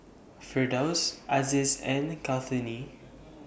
Firdaus Aziz and Kartini